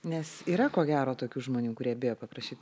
nes yra ko gero tokių žmonių kurie bijo paprašyt